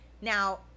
Now